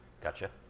Gotcha